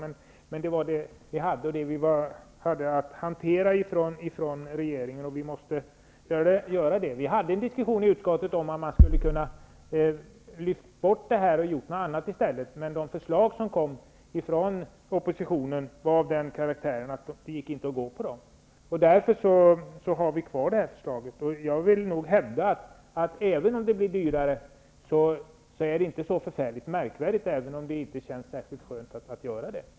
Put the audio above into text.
Men det var det vi hade att hantera från regeringen, och vi måste göra det. Vi hade en diskussion i utskottet om att lyfta bort detta, men de förslag som kom från oppositionen var av den karaktären att det inte gick att gå på dem. Därför har vi kvar detta förslag. Jag vill nog hävda att det inte är så förfärligt märkvärdigt, även om det blir dyrare. Men det känns inte särskilt skönt.